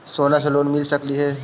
सोना से लोन मिल सकली हे?